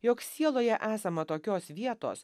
jog sieloje esama tokios vietos